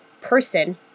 person